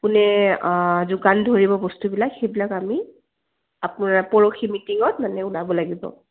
কোনে যোগান ধৰিব বস্তুবিলাক সেইবিলাক আমি আপোনাৰ পৰহি মিটিঙত মানে ওলাব লাগিব